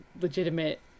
legitimate